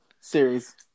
series